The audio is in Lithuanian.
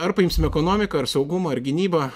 ar paimsim ekonomiką ar saugumą ar gynybą